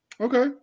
Okay